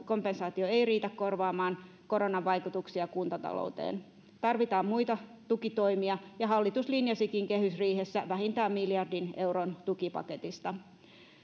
kompensaatio ei riitä korvaamaan koronan vaikutuksia kuntatalouteen tarvitaan muita tukitoimia ja hallitus linjasikin kehysriihessä vähintään miljardin euron tukipaketista